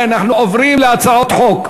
אנחנו עוברים להצעות חוק.